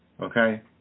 Okay